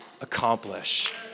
accomplish